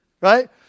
right